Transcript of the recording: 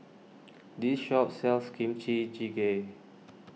this shop sells Kimchi Jjigae